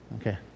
Okay